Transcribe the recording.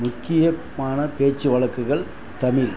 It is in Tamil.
முக்கியமான பேச்சு வழக்குகள் தமிழ்